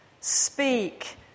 Speak